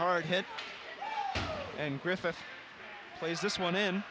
hard hit and griffith plays this one in